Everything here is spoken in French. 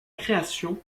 création